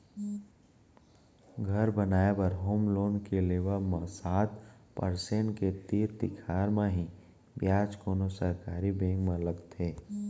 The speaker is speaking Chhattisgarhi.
घर बनाए बर होम लोन के लेवब म सात परसेंट के तीर तिखार म ही बियाज कोनो सरकारी बेंक म लगथे